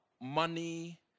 money